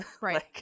Right